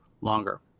longer